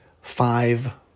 five